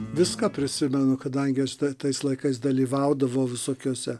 viską prisimenu kadangi aš tai tais laikais dalyvaudavau visokiuose